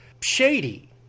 shady